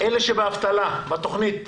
אלה שבאבטלה, בתוכנית